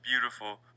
beautiful